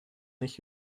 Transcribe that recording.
nicht